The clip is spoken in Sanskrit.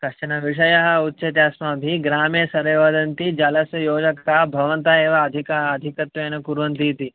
कश्चन विषयः उच्यते अस्माभिः ग्रामे सर्वे वदन्ति जलस्य योजकाः भवन्तः एव अधिकाः अधिकत्वेन कुर्वन्ति इति